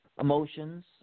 emotions